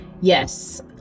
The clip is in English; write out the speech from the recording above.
Yes